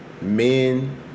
men